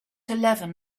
eleven